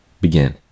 begin